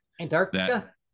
Antarctica